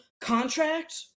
contract